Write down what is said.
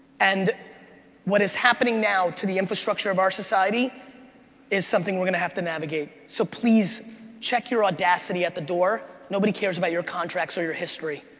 and what is happening now to the infrastructure of our society is something we're gonna have to navigate, so please check your audacity at the door, nobody cares about your contracts or your history.